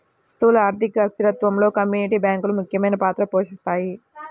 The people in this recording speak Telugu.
స్థూల ఆర్థిక స్థిరత్వంలో కమ్యూనిటీ బ్యాంకులు ముఖ్యమైన పాత్ర పోషిస్తాయి